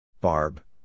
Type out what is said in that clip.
Barb